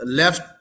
left